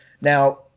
Now